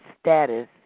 status